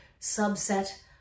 subset